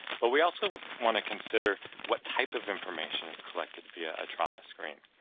but we also want to consider what type of information is collected via a trauma screen.